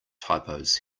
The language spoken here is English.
typos